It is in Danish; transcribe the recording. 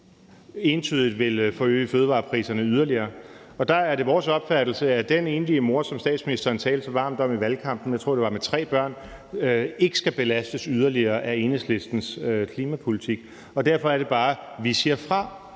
entydigt vil forøge fødevarepriserne yderligere. Der er det vores opfattelse, at den enlige mor, som statsministeren talte så varmt om i valgkampen – jeg tror, det var med tre børn – ikke skal belastes yderligere af Enhedslistens klimapolitik. Derfor er det bare, vi siger fra.